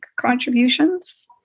contributions